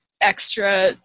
extra